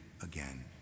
again